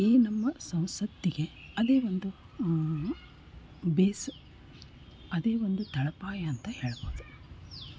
ಈ ನಮ್ಮ ಸಂಸತ್ತಿಗೆ ಅದೇ ಒಂದು ಬೇಸ್ ಅದೇ ಒಂದು ತಳಪಾಯ ಅಂತ ಹೇಳ್ಬೋದು